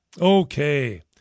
Okay